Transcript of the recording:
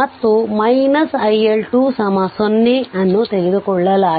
ಮತ್ತು iL2 0 ಅನ್ನು ತೆಗೆದುಕೊಳ್ಳಲಾಗಿದೆ